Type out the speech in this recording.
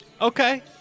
okay